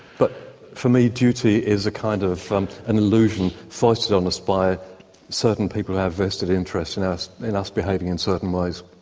but for me, duty is a kind of an illusion foisted on us by certain people who have vested interest in us in us behaving in certain ways.